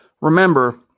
Remember